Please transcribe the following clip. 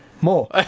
More